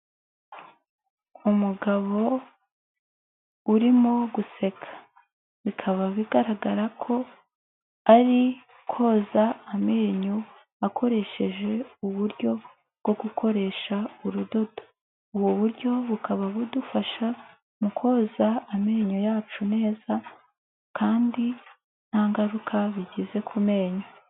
Umugabo urimo guseka, bikaba bigaragara ko ari koza amenyo akoresheje uburyo bwo gukoresha urudodo, ubu buryo bukaba budufasha mu koza amenyo yacu neza kandi nta ngaruka bigize ku menyo.